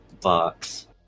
box